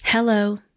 Hello